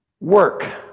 Work